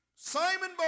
Simon